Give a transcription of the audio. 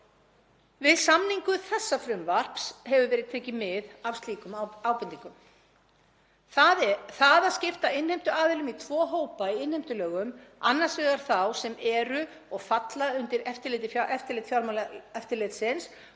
Við samningu þessa frumvarps hefur verið tekið mið af slíkum ábendingum. Það að skipta innheimtuaðilum í tvo hópa í innheimtulögum, annars vegar þá sem falla undir eftirlit Fjármálaeftirlitsins